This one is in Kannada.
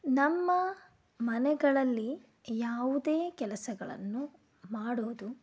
ನಮ್ಮ ಮನೆಗಳಲ್ಲಿ ಯಾವುದೇ ಕೆಲಸಗಳನ್ನು ಮಾಡುವುದು